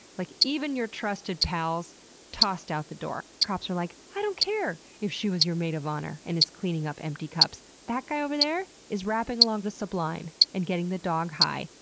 like, even your trusted pals tossed out the door. the cops are like, i don't care if she was your maid of honor and is cleaning up empty cups. that guy over there? is rapping along with sublime and getting the dog high.